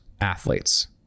athletes